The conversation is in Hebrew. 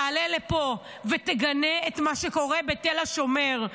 אולי תעלה לפה ותגנה את מה שקורה בתל השומר.